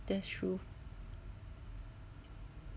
that's true